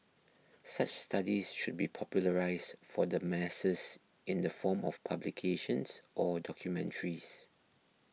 such studies should be popularised for the masses in the form of publications or documentaries